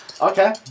Okay